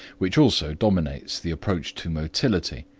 which also dominates the approach to motility,